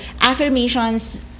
affirmations